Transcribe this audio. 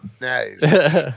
Nice